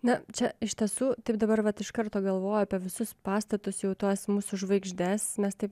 na čia iš tiesų taip dabar vat iš karto galvoju apie visus pastatus jau tuos mūsų žvaigždes mes taip